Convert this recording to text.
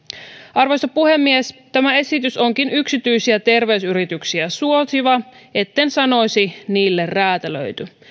arvoisa puhemies tämä esitys onkin yksityisiä terveysyrityksiä suosiva etten sanoisi niille räätälöity